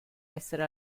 essere